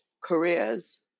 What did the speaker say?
careers